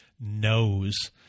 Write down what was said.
knows